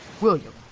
William